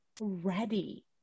ready